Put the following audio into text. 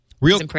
Real